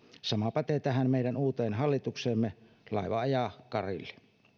sama pätee tähän meidän uuteen hallitukseemme laiva ajaa karille